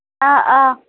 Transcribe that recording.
অঁ অঁ